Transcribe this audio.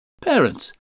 Parents